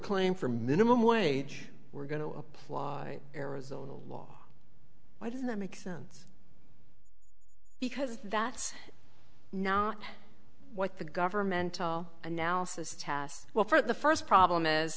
claim for minimum wage we're going to apply arizona law why does that make sense because that's not what the governmental analysis tass well for the first problem is